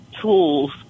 tools